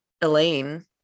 Elaine